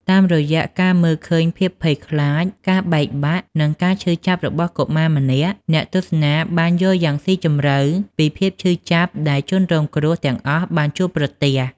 តាមរយៈការមើលឃើញភាពភ័យខ្លាច ការបែកបាក់ និងការឈឺចាប់របស់កុមារម្នាក់ អ្នកទស្សនាបានយល់យ៉ាងស៊ីជម្រៅពីភាពឈឺចាប់ដែលជនរងគ្រោះទាំងអស់បានជួបប្រទះ។